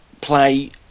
play